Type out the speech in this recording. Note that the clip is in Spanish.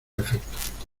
efecto